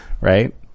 Right